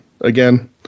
again